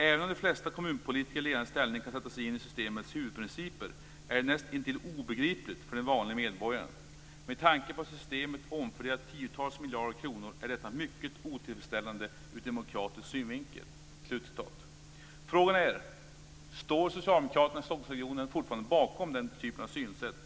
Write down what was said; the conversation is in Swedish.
Även om de flesta kommunpolitiker i ledande ställning kan sätta sig in i systemets huvudprinciper är det näst intill obegripligt för den vanlige medborgaren. Med tanke på att systemet omfördelar tiotals miljarder kronor är detta mycket otillfredsställande ur demokratisk synvinkel." Frågan är om socialdemokraterna i Stockholmsregionen fortfarande står bakom den typen av synsätt.